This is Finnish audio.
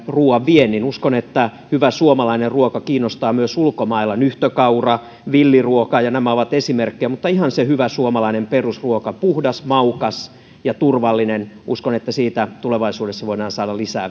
ruuan viennin uskon että hyvä suomalainen ruoka kiinnostaa myös ulkomailla nyhtökaura villiruoka nämä ovat esimerkkejä siis ihan se hyvä suomalainen perusruoka puhdas maukas ja turvallinen uskon että siitä tulevaisuudessa voidaan saada lisää